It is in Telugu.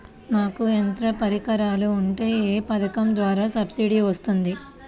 నాకు యంత్ర పరికరాలు ఉంటే ఏ పథకం ద్వారా సబ్సిడీ వస్తుంది?